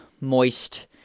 moist